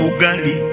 Ugali